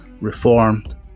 reformed